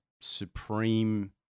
supreme